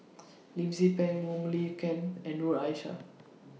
Lim Tze Peng Wong Lin Ken and Noor Aishah